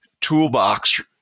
toolbox